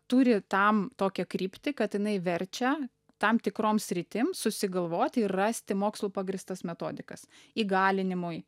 turi tam tokią kryptį kad jinai verčia tam tikrom sritim susigalvoti ir rasti mokslu pagrįstas metodikas įgalinimui